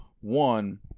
one